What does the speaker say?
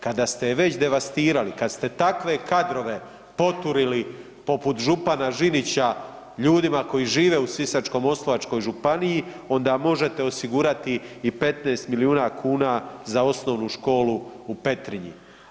Kad ste je već devastirali, kad ste takve kadrove poturili poput župana Žinića ljudima koji žive u Sisačko-moslavačkoj županiji onda možete osigurati i 15 milijuna kuna za Osnovnu školu u Petrinji.